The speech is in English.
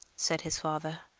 said his father,